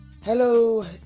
Hello